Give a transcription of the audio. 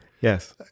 Yes